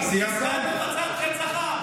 ישראל מבצעת רצח עם,